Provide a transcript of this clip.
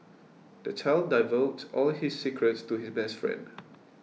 the child divulged all his secrets to his best friend